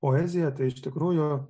poeziją tai iš tikrųjų